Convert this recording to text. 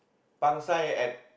pangsai at